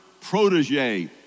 protege